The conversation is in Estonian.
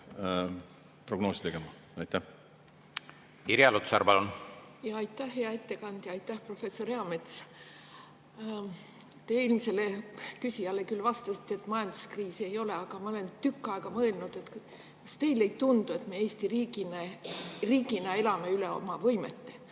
prognoosi tegema. Irja Lutsar, palun! Aitäh, hea ettekandja! Aitäh, professor Eamets! Te eelmisele küsijale vastasite, et majanduskriisi ei ole. Aga ma olen tükk aega mõelnud – kas teile ei tundu, et me Eesti riigina elame üle oma võimete?